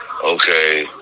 okay